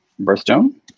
birthstone